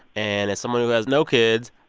and as someone who has no kids,